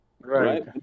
Right